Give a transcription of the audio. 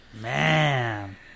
man